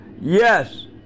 yes